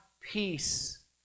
peace